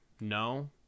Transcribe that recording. No